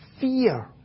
fear